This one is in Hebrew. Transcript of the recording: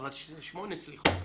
בבקשה,